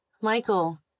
Michael